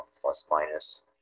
plus-minus